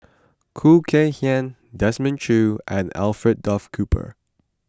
Khoo Kay Hian Desmond Choo and Alfred Duff Cooper